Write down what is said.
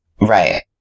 Right